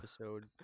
episode